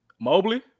Mobley